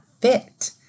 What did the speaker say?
fit